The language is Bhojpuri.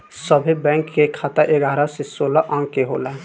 सभे बैंक के खाता एगारह से सोलह अंक के होला